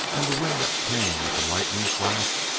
and the wind that came with the lightning flash,